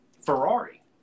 Ferrari